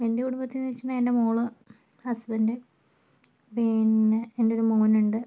എൻ്റെ കുടുംബത്തിൽ എന്ന് വെച്ചിട്ടുണ്ടെങ്കിൽ എൻ്റെ മോൾ ഹസ്ബൻഡ് പിന്നെ എൻ്റെ ഒരു മോനുണ്ട്